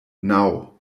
naŭ